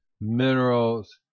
minerals